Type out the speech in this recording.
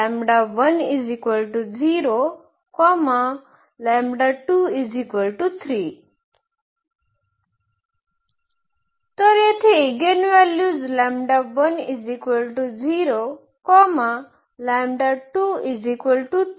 तर येथे इगेनव्हॅल्यूज आहेत